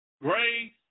Grace